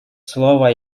слово